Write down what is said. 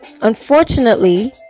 unfortunately